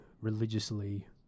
religiously